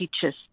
teachers